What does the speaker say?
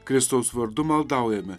kristaus vardu maldaujame